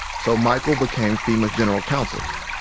so michael became fema's general counsel.